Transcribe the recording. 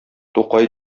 тукай